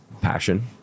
passion